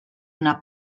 una